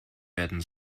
werden